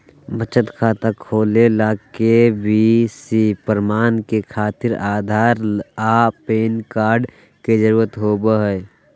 बचत खाता खोले ला के.वाइ.सी प्रमाण के खातिर आधार आ पैन कार्ड के जरुरत होबो हइ